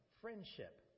friendship